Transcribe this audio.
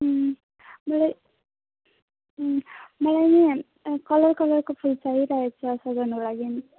मलाई मलाई नि कलर कलरको फुल चाहिइरहेको छ सजाउनुको लागि